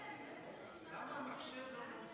למה המחשב לא מעודכן?